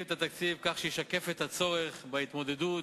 את התקציב כך שישקף את הצורך בהתמודדות